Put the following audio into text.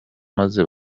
maze